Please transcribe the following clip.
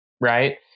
right